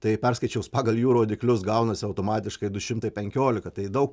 tai perskaičiavus pagal jų rodiklius gaunasi automatiškai du šimtai penkiolika tai daug